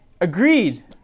Agreed